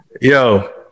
Yo